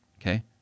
Okay